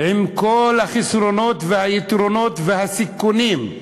עם כל החסרונות והיתרונות והסיכונים,